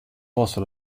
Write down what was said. posso